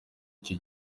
icyo